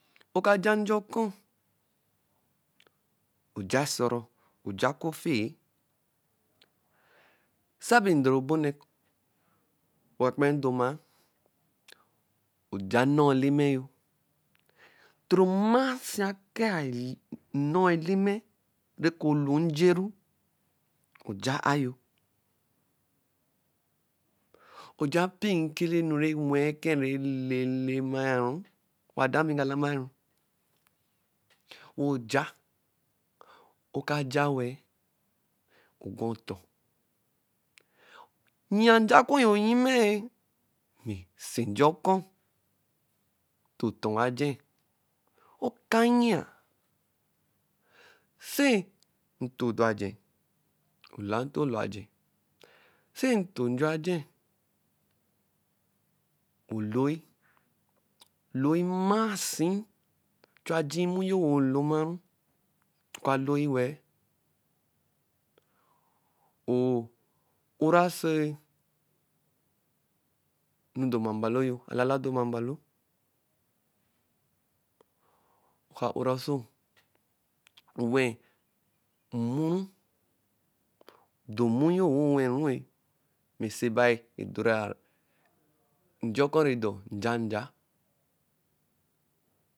ɔka ja nja ɔkɔ, oja esɔru, oja okofe-e, sabɛ ndorobone kɛ oka kpara edoma-a, oja nnɔɔ Eleme yo. Toro mmasi akaa nnɔɔ Eleme neke olu njeru. Oja ayo. oja mpinkele enu nɛ wẹ-ɛ eke nɛ lelemairu. Owa da bɛ nga lamaru. Wɛ oja; oku ja wɛ-ɛ, ogwa ɔtɔ. Yia nja oku ayɔ nnyimɛ-ɛ, mmhh. Si nja ɔkɔ ɔtɔ tɔa aje? Oka yia. si nto dɔ aje, o-la nto lɔ aje. Si nto njẹ aje, oloi mmasi, ochu ayii mmɔ yo wo lomaru. Oka loi wẹ-ẹ, o-uraa oso onu odoma mbalo yo; alala odoma mbalo. Oka ura oso. wɛ mmɔ do mmu yo wɛ owɛru-e. Mɛ osii bai nedori-a ɔkɔ rɛ ɛdɔ nja-nja.